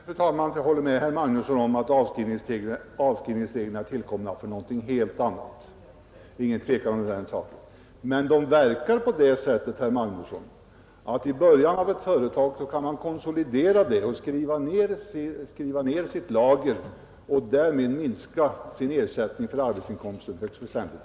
Fru talman! Jag håller med herr Magnusson i Borås om att avskrivningsreglerna är tillkomna för någonting helt annat — det råder inget tvivel om den saken. Men de verkar på det sättet, herr Magnusson, att ett företag i början av sin verksamhet kan konsolidera sig genom nedskrivning av lagret och därigenom minska ersättningen för arbetsinkomsten högst väsentligt.